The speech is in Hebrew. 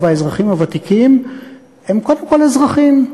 האזרחים הוותיקים הם קודם כול אזרחים.